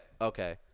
Okay